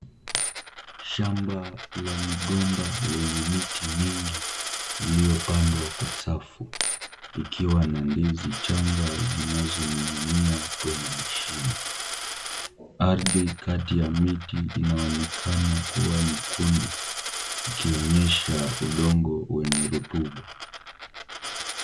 Shamba la migomba lenye miti mingi iliyopandwa kwa safu ikiwa na ndizi changa zinazoninginia kwenye mashina. Ardhi kati ya miti inaonekana kuwa nyekundu ikionyesha udongo wenye rutuba.